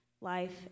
life